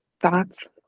thoughts